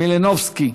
2016,